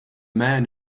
man